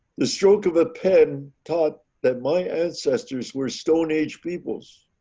the stroke of a pen taught that my ancestors were stone age peoples